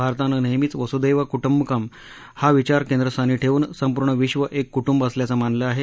भारतानं नेहमीच वसुदैव कुटूंबकम हा विचारच केंद्रस्थानी ठेवून संपुर्ण विक्ष एक कुटूंब असल्याचं मानलं आहे